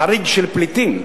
בחריג של פליטים,